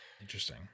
interesting